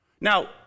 Now